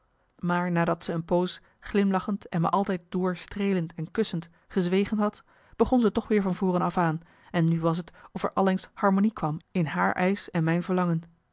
nadat ze een poos glimlachend en me altijd door streelend en kussend gezwegen had begon ze toch weer van voren af aan en nu was t of er allengs harmonie kwam in haar eisch en mijn verlangen